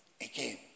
again